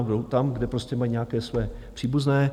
Jdou tam, kde prostě mají nějaké své příbuzné.